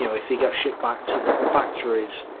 you know if they got shipped back to the factories,